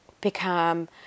become